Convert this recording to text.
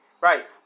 right